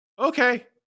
Okay